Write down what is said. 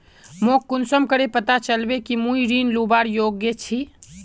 मोक कुंसम करे पता चलबे कि मुई ऋण लुबार योग्य छी?